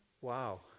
Wow